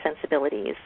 sensibilities